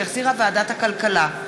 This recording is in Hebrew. שהחזירה ועדת הכלכלה.